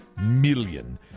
million